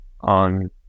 on